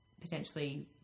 potentially